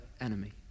enemy